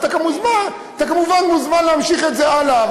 ואתה כמובן מוזמן להמשיך את זה הלאה.